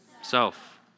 Self